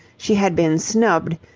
she had been snubbed,